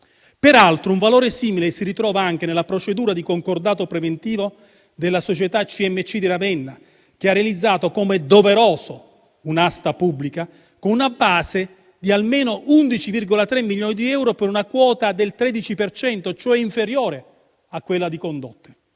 Peraltro, un valore simile si ritrova anche nella procedura di concordato preventivo della società CMC di Ravenna, che ha realizzato, come doveroso, un'asta pubblica, con una base di almeno 11,3 milioni di euro per una quota del 13 per cento, cioè inferiore a quella di Condotte.